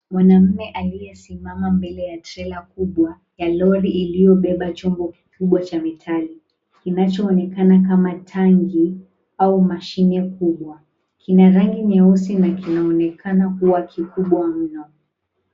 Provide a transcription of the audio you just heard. Mwanamme aliyesimama mbele ya trela kubwa ya lori iliyobeba chombo kikubwa cha metali kinachoonekana kama tangi au mashine kubwa, kina rangi nyeusi na kinaonekana kuwa kikubwa mno.